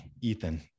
Ethan